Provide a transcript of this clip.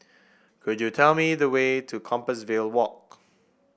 could you tell me the way to Compassvale Walk